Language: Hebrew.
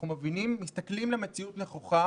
אנחנו מסתכלים למציאות נכוחה